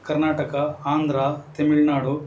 Karnataka Andhra Tamil Nadu